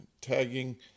tagging